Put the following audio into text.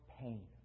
pain